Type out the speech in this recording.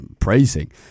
praising